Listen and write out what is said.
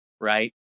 right